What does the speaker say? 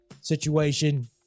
situation